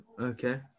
Okay